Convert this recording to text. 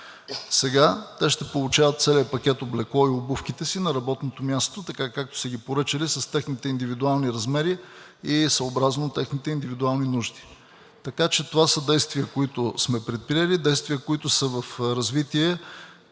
Сега те ще получават целия пакет облекло и обувките си на работното място – така както са ги поръчали, с техните индивидуални размери и съобразно техните индивидуални нужди. Така че това са действия, които сме предприели, действия, които са в развитие.